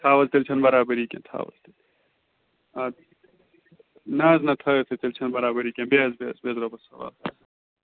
تھاو حظ تیٚلہِ چھَ نہٕ برابٔری کیٚنٛہہ تھاو حظ تیٚلہِ اَدٕ نہ حظ نہ تھٲیِو تیٚلہِ چھ نہٕ برابری کینٛہہ بہہ حظ بہہ حظ رۄبَس حوال